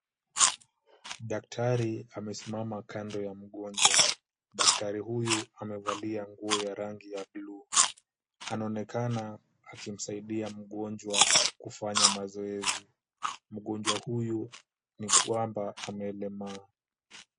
Daktari amesimama kando ya mgonjwa. Daktari huyu amevalia nguo ya rangi ya buluu. Anaonekana akimsaidia mgonjwa kufanya mazoezi. Mgonjwa huyu ni kwamba amelemaa.